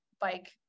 bike